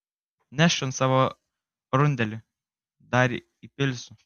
nešk čion savo rundelį dar įpilsiu